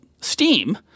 steam